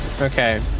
Okay